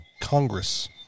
Congress